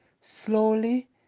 slowly